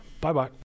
Bye-bye